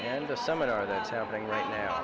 and the seminar that happening right now